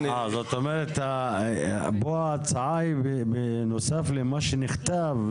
כאן ההצעה היא בנוסף למה שנכתב,